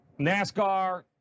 NASCAR